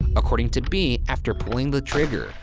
according to bee, after pulling the trigger,